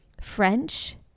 French